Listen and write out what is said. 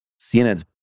CNN's